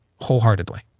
wholeheartedly